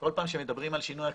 כל פעם כשמדברים על שינוי אקלים,